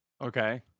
okay